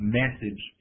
message